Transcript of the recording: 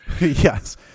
Yes